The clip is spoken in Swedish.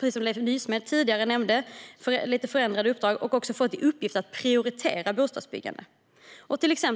Precis som Leif Nysmed tidigare nämnde har länsstyrelserna lite förändrade uppdrag och har också fått i uppgift att prioritera bostadsbyggande.